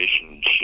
relationship